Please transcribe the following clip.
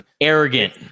Arrogant